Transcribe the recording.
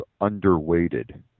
underweighted